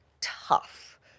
tough